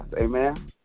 Amen